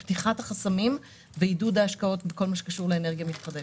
של פתיחת החסמים ועידוד השקעות בכל הקשור לאנרגיה מתחדשת.